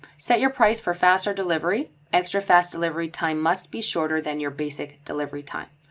set your price for faster delivery, extra fast delivery time must be shorter than your basic delivery time.